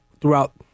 throughout